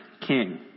king